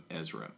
Ezra